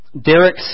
Derek